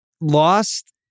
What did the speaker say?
lost